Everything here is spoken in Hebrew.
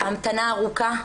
המתנה ארוכה.